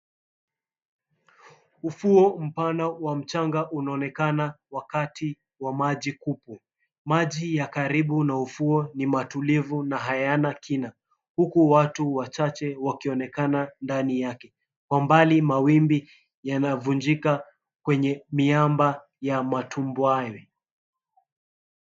Ufuo mpana wa mchanga unaonekana wakati wa maji kupwe. Maji ya karibu na ufuoni matulivu na hayana kina huku watu wachache wakionekana ndani yake. Kwa mbali mawimbi yanavunjika kwenye miamba ya matumbwi hayo.